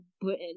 Britain